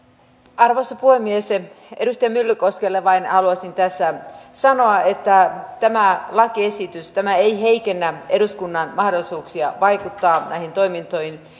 arvoisa puhemies edustaja myllykoskelle vain haluaisin tässä sanoa että tämä lakiesitys ei heikennä eduskunnan mahdollisuuksia vaikuttaa näihin toimintoihin